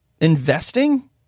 investing